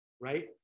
right